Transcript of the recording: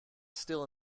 still